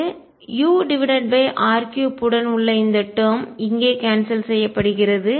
ur3 உடன் உள்ள இந்த டேர்ம் இங்கே கான்செல் செய்யப்படுகிறது